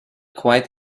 quite